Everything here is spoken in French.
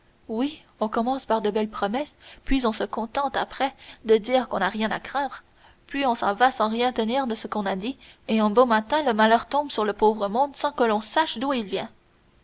oui on commence par de belles promesses puis on se contente après de dire qu'on n'a rien à craindre puis on s'en va sans rien tenir de ce qu'on a dit et un beau matin le malheur tombe sur le pauvre monde sans que l'on sache d'où il vient